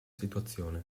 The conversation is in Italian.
situazione